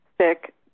sick